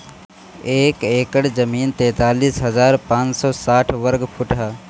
एक एकड़ जमीन तैंतालीस हजार पांच सौ साठ वर्ग फुट ह